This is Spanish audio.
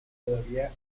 todavía